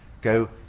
go